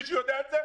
מישהו יודע על זה?